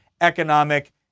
economic